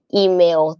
email